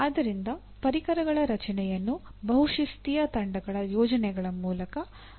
ಆದ್ದರಿಂದ ಪರಿಕರಗಳ ರಚನೆಯನ್ನು ಬಹುಶಿಸ್ತೀಯ ತಂಡಗಳ ಯೋಜನೆಗಳ ಮೂಲಕ ಮಾತ್ರ ಪ್ರಯತ್ನಿಸಬಹುದು